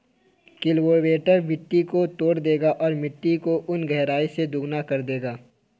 cultivator मिट्टी को तोड़ देगा और मिट्टी को उन गहराई से दोगुना कर देगा